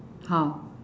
how